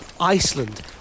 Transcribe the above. Iceland